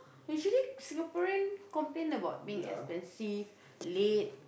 usually Singaporean complain about being expensive late